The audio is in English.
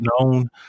known